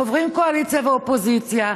חוברים קואליציה ואופוזיציה,